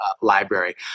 library